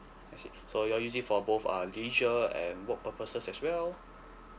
I see so you're using for both uh leisure and work purposes as well